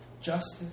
justice